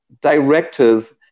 directors